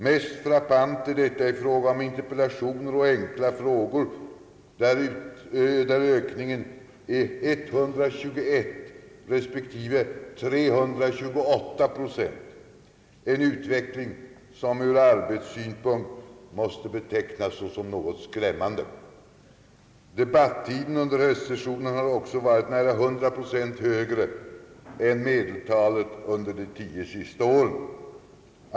Mest frappant är detta i fråga om interpellationer och enkla frågor, där ökningen är 121 respektive 328 procent, en utveckling som ur arbetssynpunkt måste betecknas såsom något skrämmande. Debattiden under höstsessionen har också varit nära 100 procent längre än medeltalet under de tio senaste åren.